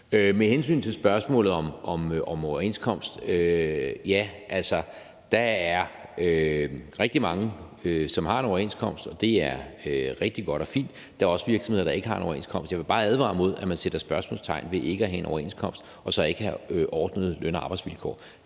Med hensyn til spørgsmålet om overenskomst vil jeg sige, at der er rigtig mange, som har en overenskomst, og det er rigtig godt og fint. Der er også virksomheder, der ikke har en overenskomst. Jeg vil bare advare imod, at man sætter lighedstegn ved ikke at have en overenskomst og så ikke have ordnede løn- og arbejdsvilkår.